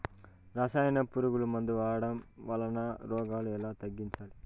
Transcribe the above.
రసాయన పులుగు మందులు వాడడం వలన రోగాలు ఎలా తగ్గించాలి?